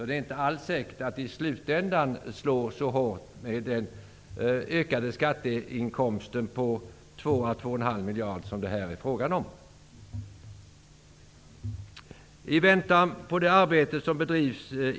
Det är således inte alls säkert att den ökade skatteinkomst om 2--2,5 miljarder som det här är fråga om i slutänden slår så hårt.